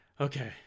okay